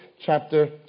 chapter